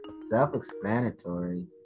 self-explanatory